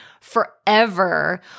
forever